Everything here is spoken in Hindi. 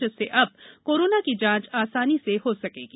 जिसस अब कोरोना की जांच आसानी स हो सकागी